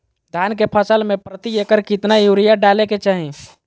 धान के फसल में प्रति एकड़ कितना यूरिया डाले के चाहि?